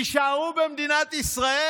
תישארו במדינת ישראל.